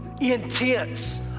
intense